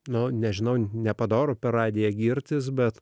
na nežinau nepadoru per radiją girtis bet